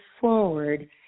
forward